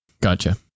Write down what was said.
Gotcha